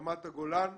רמת הגולן,